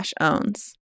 owns